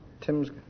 Tim's